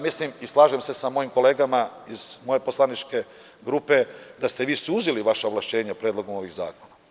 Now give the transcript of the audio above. Mislim i slažem se sa mojim kolegama iz moje poslaničke grupe da ste vi suzili vaša ovlašćenja predlogom ovih zakona.